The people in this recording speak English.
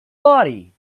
body